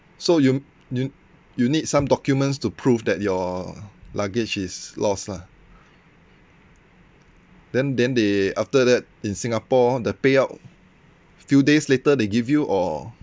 so you you you need some documents to prove that your luggage is lost lah then then they after that in Singapore the payout few days later they give you or